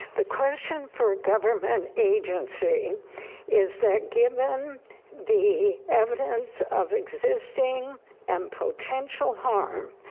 the question for a government agency is that given the evidence of existing and potential harm,